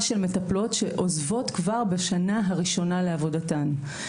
של מטפלות שעוזבות כבר בשנה הראשונה לעבודתן.